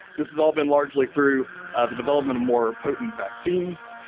this has all been largely through ah the development of more potent vaccines.